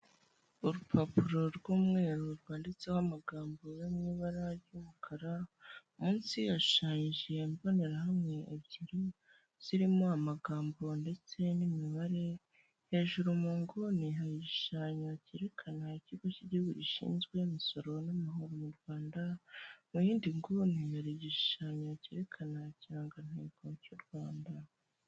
Urupapuro rw'umweruru rwanditseho amagambo yo mu ibara ry'umukara, munsi hashanyije imbonerahamwe ebyiri zirimo amagambo ndetse n'imibare, hejuru mu nguni hari igishushanyo cyerekana ikigo cy'igihugu gishinzwe imisoro n'amahoro mu Rwanda, mu yindi nguni hari igishushanyo cyerekana ikirangantego cy'u Rwanda.